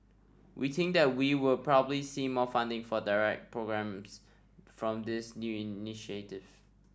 we think that we will probably see more funding for direct programmes from this new initiative